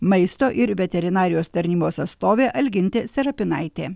maisto ir veterinarijos tarnybos atstovė algintė serapinaitė